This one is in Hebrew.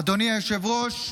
אדוני היושב-ראש,